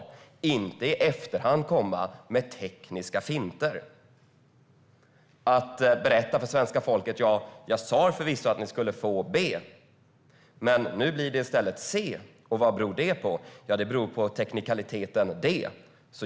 Man ska inte i efterhand komma med tekniska finter. Man berättar för svenska folket att man förvisso sa att de skulle få B, men nu blir det i stället C. Vad beror det på? Ja, det beror på teknikaliteten D.